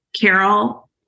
Carol